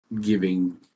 giving